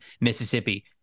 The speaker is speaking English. Mississippi